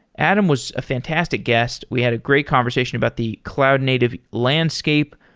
adam was a fantastic guest. we had a great conversation about the cloud native landscape,